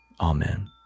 Amen